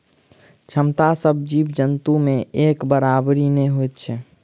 क्षमता सभ जीव जन्तु मे एक बराबरि नै होइत छै